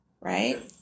right